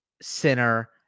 Sinner